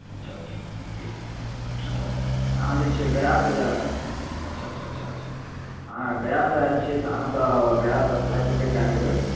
अच्छा अच्छा अच्छा अच्छा अहाँ जे छै गयासँ जे अच्छा अच्छा अच्छा अच्छा अहाँ गयासँ आयल छियै तऽ अहाँ तऽ गयासँ फ्लाइट पकड़ि कऽ आयल हेबै